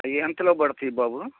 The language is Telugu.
అవి ఎంతలో పడతాయి బాబు